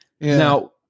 Now